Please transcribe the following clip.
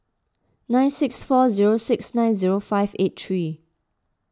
nine six four zero six nine zero five eight three